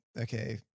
okay